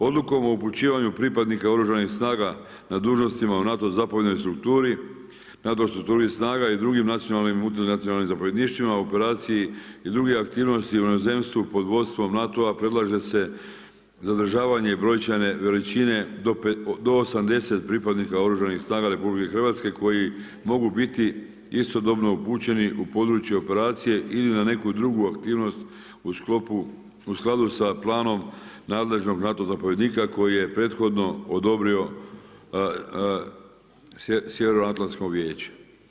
Odlukom o upućivanju pripadnika Oružanih snaga na dužnostima u NATO zapovjednoj strukturi, NATO strukturi snaga i drugim nacionalnim i multinacionalnim zapovjedništvima u operaciji i drugih aktivnosti u inozemstvu pod vodstvom NATO-a predlaže se zadržavanje brojčane veličine do 80 pripadnika Oružanih snaga RH koji mogu biti istodobno upućeni u područje operacije ili na neku drugu aktivnost u skladu sa planom nadležnog NATO zapovjednika koji je prethodno odobrio Sjevernoatlantsko vijeće.